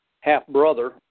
half-brother